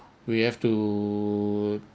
we have to